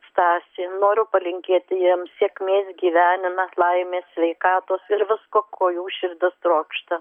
stasį noriu palinkėti jiems sėkmės gyvenime laimės sveikatos ir visko ko jų širdis trokšta